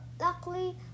luckily